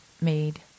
made